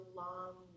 long